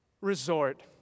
resort